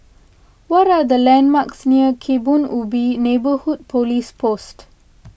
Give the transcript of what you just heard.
what are the landmarks near Kebun Ubi Neighbourhood Police Post